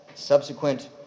subsequent